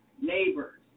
neighbors